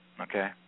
Okay